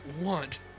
want—